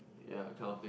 yeah that kind of thing